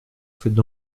faites